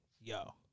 yo